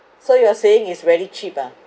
so you are saying it's very cheap ah